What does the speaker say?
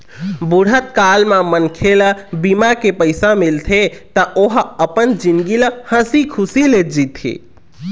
बुढ़त काल म मनखे ल बीमा के पइसा मिलथे त ओ ह अपन जिनगी ल हंसी खुसी ले जीथे